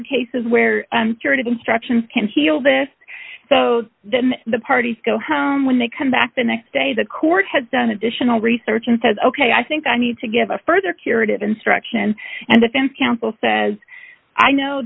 are cases where i'm cured of instructions can heal this so then the parties go home when they come back the next day the court has done additional research and says ok i think i need to give a further curative instruction and defense counsel says i know